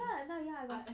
ya ya ya ya